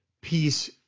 Peace